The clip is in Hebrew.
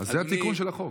אז זה התיקון של החוק.